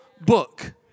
book